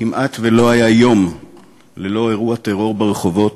כמעט שלא היה יום ללא אירוע טרור ברחובות,